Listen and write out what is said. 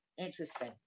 interesting